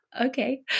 okay